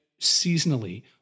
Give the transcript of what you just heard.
seasonally